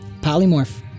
Polymorph